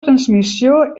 transmissió